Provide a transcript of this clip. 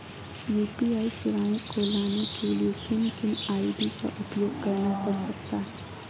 UPI सेवाएं को लाने के लिए किन किन आई.डी का उपयोग करना पड़ सकता है?